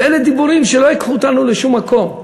ואלה דיבורים שלא ייקחו אותנו לשום מקום.